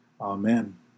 Amen